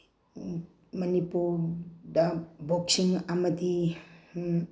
ꯃꯅꯤꯄꯨꯔꯗ ꯕꯣꯛꯁꯤꯡ ꯑꯃꯗꯤ